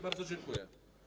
Bardzo dziękuję.